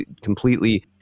completely